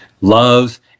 love